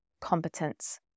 competence